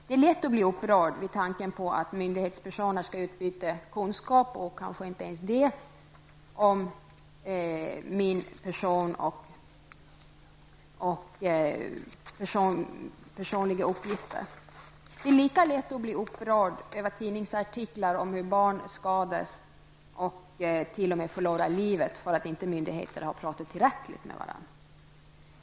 Det är lätt att bli upprörd vid tanken på att myndighetspersoner skall utbyta kunskap -- och kanske inte ens det -- och personliga uppgifter. Det är lika lätt att bli upprörd över tidningsartiklar om hur barn skadas och t.o.m. förlorar livet för att myndigheterna inte har pratat tillräckligt mycket med varandra.